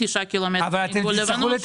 9 ק"מ מגבול לבנון,